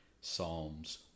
Psalms